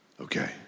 Okay